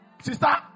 Sister